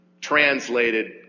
translated